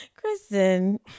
Kristen